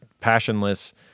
passionless